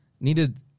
needed